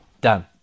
done